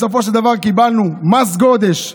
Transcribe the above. בסופו של דבר קיבלנו מס גודש,